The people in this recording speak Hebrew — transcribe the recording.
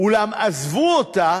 אולם עזבו אותה